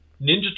Ninja